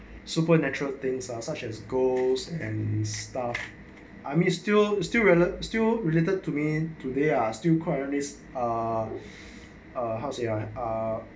super natural things such as goals and stuff I mean still still still related to me today are still quiet nice ah uh how to say ah uh